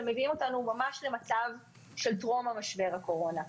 הם מביאים אותנו ממש למצב של טרום משבר הקורונה,